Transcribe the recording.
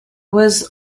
was